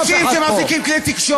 על-ידי אנשים שמפיקים כלי תקשורת.